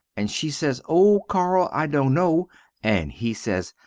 and she sez, o carl i dunno, and he sez,